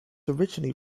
originally